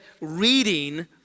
Reading